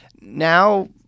Now